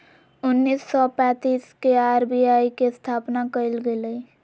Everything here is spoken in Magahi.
उन्नीस सौ पैंतीस के आर.बी.आई के स्थापना कइल गेलय